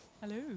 Hello